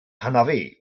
hanafu